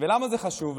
למה זה חשוב?